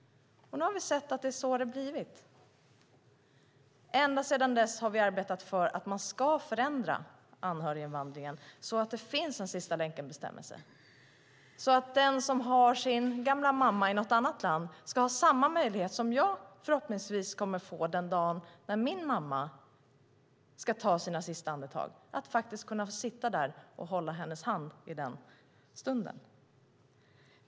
Nu har vi sett att det har blivit så. Ända sedan dess har vi arbetat för att man ska förändra anhöriginvandringen så att det finns en sista-länken-bestämmelse. Den som har sin gamla mamma i något annat land ska ha samma möjlighet som jag förhoppningsvis kommer att ha den dagen min mamma ska ta sina sista andetag att sitta där och hålla hennes hand i den stunden.